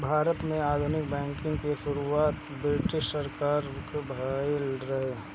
भारत में आधुनिक बैंकिंग के शुरुआत ब्रिटिस सरकार में भइल रहे